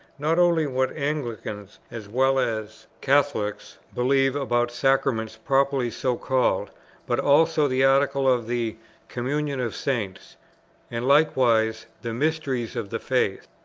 not only what anglicans, as well as catholics, believe about sacraments properly so called but also the article of the communion of saints and likewise the mysteries of the faith.